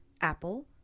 Apple